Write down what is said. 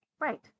Right